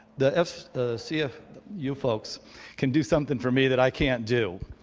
the cf the cf you folks can do something for me that i can't do.